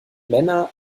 männer